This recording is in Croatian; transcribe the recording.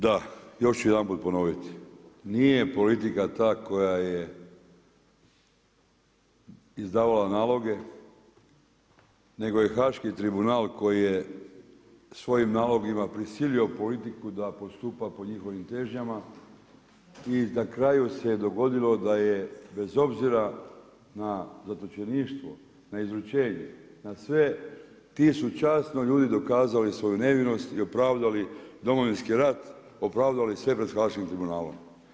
Da, još ću jedanput ponoviti, nije politika ta koja je izdavala naloge nego je haški tribunal koji je svojim nalozima prisilio politiku da postupa po njihovim težnjama i na kraju se dogodilo da je bez obzira na zatočeništvo, na izručenje, na sve ti su časno ljudi dokazali svoju nevinost i opravdali Domovinski rat, opravdali sve pred haškim tribunalom.